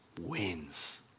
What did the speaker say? wins